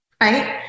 right